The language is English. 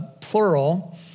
plural